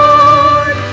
Lord